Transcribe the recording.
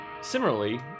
Similarly